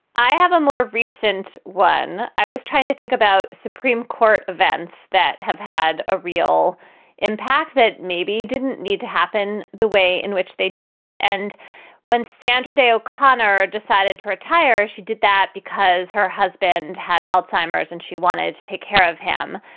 i have a more recent one. i was trying to think about supreme court events that have had a real impact, that maybe i didn't need to happen the way in which they did. and when sandra day o'connor decided to retire, she did that because her husband had alzheimer's and she wanted to take care of him.